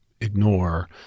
ignore